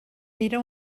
era